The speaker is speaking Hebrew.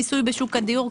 מיסוי בשוק הדיור.